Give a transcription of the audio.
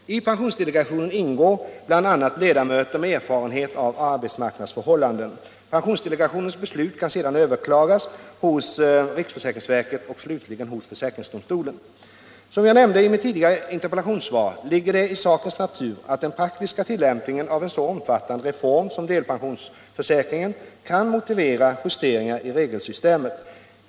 I pensionsdelegationen ingår bl.a. ledamöter med erfarenhet av arbetsmarknadsförhållanden. Pensionsdelegationens beslut kan sedan överklagas hos riksförsäkringsverket och slutligen hos försäkringsdomstolen. Som jag nämnde i mitt tidigare interpellationssvar ligger det i sakens natur att den praktiska tillämpningen av en så omfattande reform som delpensionsförsäkringen kan motivera justeringar i regelsystemet.